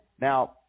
Now